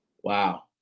Wow